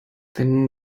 wenn